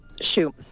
shoot